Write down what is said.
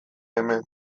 hemen